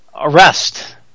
Arrest